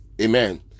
Amen